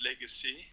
legacy